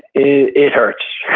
it it hurts.